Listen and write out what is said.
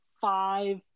five